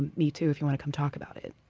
me too, if you want to come talk about it.